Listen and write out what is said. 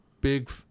big